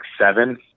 seven